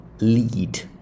lead